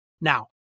Now